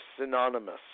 synonymous